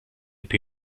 più